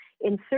insert